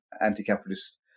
anti-capitalist